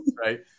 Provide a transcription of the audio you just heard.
Right